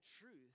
truth